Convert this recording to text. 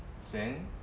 sin